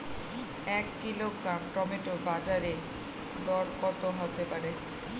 এক kilogram tomato বাজের দরকত হতে পারে?